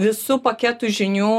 visu paketu žinių